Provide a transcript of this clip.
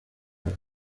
her